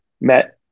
met